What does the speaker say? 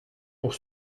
pour